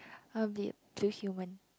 a bit to human